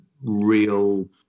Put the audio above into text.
real